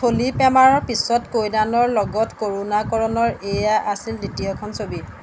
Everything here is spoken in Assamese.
থলি প্ৰেমাৰ পিছত কল্যাণৰ লগত কৰুণা কৰণৰ এয়া আছিল দ্বিতীয়খন ছবি